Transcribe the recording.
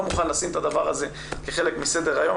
לא מוכן לשים את הדבר הזה כחלק מסדר היום.